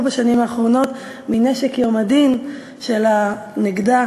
בשנים האחרונות מנשק יום-הדין של הנגדה,